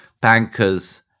bankers